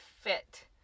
fit